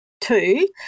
two